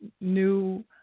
new